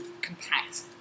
compact